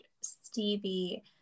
Stevie